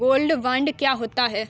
Gold bond क्या है?